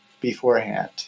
beforehand